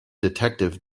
detective